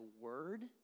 word